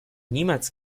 niemals